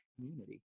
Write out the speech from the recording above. community